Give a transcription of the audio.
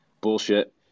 Bullshit